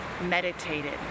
meditated